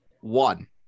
one